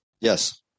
yes